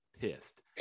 pissed